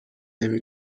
نمی